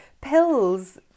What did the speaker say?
pills